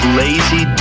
lazy